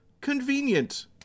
convenient